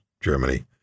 Germany